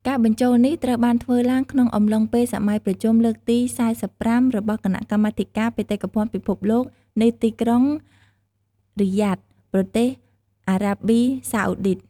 ការបញ្ចូលនេះត្រូវបានធ្វើឡើងក្នុងអំឡុងពេលសម័យប្រជុំលើកទី៤៥ របស់គណៈកម្មាធិការបេតិកភណ្ឌពិភពលោក នៅទីក្រុងរីយ៉ាដ ប្រទេសអារ៉ាប៊ីសាអូឌីត។